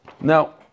Now